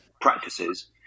practices